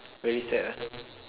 very sad ah